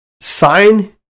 sign